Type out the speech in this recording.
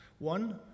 One